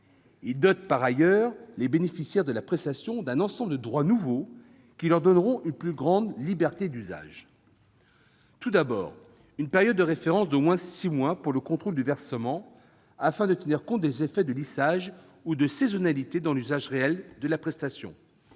Il dote par ailleurs les bénéficiaires de la prestation d'un ensemble de droits nouveaux, qui leur donneront une plus grande liberté d'usage. Il s'agit d'abord de fixer une période de référence d'au moins six moins pour le contrôle du versement afin de tenir compte des effets de lissage ou de saisonnalité dans l'usage réel de la prestation.